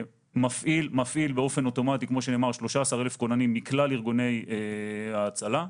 המוקד מפעיל באופן אוטומטי 13 אלף כוננים מכלל ארגוני ההצלה,